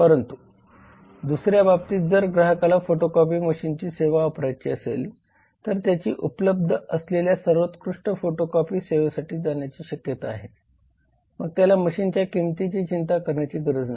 परंतु दुसऱ्या बाबतीत जर ग्राहकाला फोटोकॉपी मशीनची सेवा वापरायची असेल तर त्याची उपलब्ध असलेल्या सर्वोत्कृष्ट फोटोकॉपी सेवेसाठी जाण्याची शक्यता आहे मग त्याला मशीनच्या किंमतीची चिंता करण्याची गरज नाही